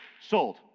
sold